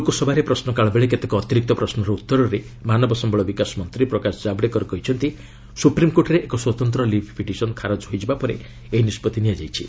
ଲୋକସଭାରେ ପ୍ରଶ୍ନକାଳବେଳେ କେତେକ ଅତିରିକ୍ତ ପ୍ରଶ୍ନର ଉତ୍ତରରେ ମାନବ ସମ୍ଭଳ ବିକାଶ ମନ୍ତ୍ରୀ ପ୍ରକାଶ ଜାବ୍ଡେକର କହିଛନ୍ତି ସୁପ୍ରିମ୍କୋର୍ଟରେ ଏକ ସ୍ୱତନ୍ତ ଲିଭ୍ ପିଟିସନ୍ ଖାରଜ ହୋଇଯିବା ପରେ ଏହି ନିଷ୍ପଭି ନିଆଯାଇଛି